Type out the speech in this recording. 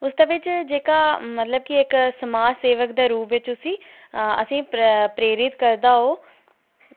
उसदे बिच जेह्का मतलव कि इक समाज सेवक दे रुप बिच उस्सी असेंगी प्रेरित करदा ओह्